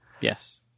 Yes